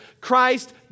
Christ